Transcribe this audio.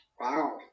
Wow